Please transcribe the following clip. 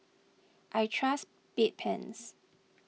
I trust Bedpans